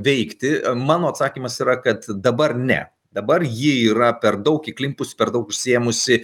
veikti mano atsakymas yra kad dabar ne dabar ji yra per daug įklimpus per daug užsiėmusi